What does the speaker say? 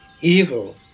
evil